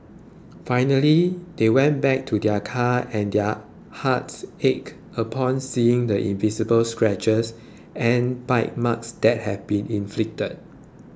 finally they went back to their car and their hearts ached upon seeing the invisible scratches and bite marks that had been inflicted